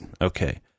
Okay